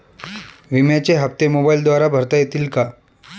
विम्याचे हप्ते मोबाइलद्वारे भरता येतील का?